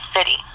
City